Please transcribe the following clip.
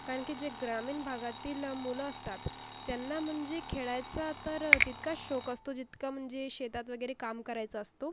कारण की जे ग्रामीण भागातील मुलं असतात त्यांना म्हणजे खेळायचा तर तितकाच शौक असतो जितका म्हणजे शेतात वगैरे काम करायचा असतो